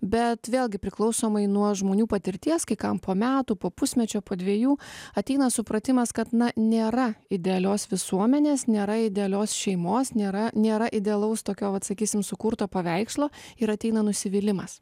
bet vėlgi priklausomai nuo žmonių patirties kai kam po metų po pusmečio po dviejų ateina supratimas kad na nėra idealios visuomenės nėra idealios šeimos nėra nėra idealaus tokio vat sakysime sukurto paveikslo ir ateina nusivylimas